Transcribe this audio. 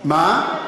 מה?